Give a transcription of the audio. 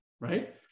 right